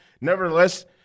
Nevertheless